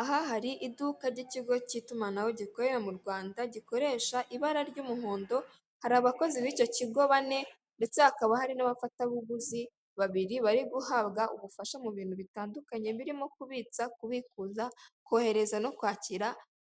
Aha hari iduka ry'ikigo cy'itumanaho gikorera mu Rwanda gikoresha ibara ry'umuhondo, hari abakozi b'icyo kigo bane, ndetse hakaba hari n'abafatabuguzi babiri bari guhabwa ubufasha mubintu bitandukanye birimo kubitsa, kubikuza, kohereza no kwakira